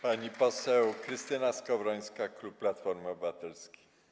Pani poseł Krystyna Skowrońska, klub Platformy Obywatelskiej.